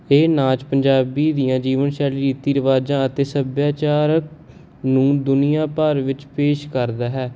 ਇਹ ਨਾਚ ਪੰਜਾਬੀ ਦੀਆਂ ਜੀਵਨ ਸ਼ੈਲੀ ਰੀਤੀ ਰਿਵਾਜਾਂ ਅਤੇ ਸਭਿਆਚਾਰ ਨੂੰ ਦੁਨੀਆਂ ਭਰ ਵਿੱਚ ਪੇਸ਼ ਕਰਦਾ ਹੈ